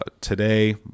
today